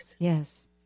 Yes